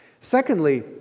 Secondly